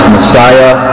Messiah